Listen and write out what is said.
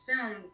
films